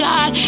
God